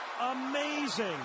Amazing